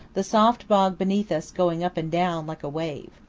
the soft bog beneath us going up and down like a wave.